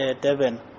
Devon